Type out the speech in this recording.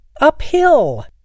uphill